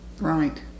Right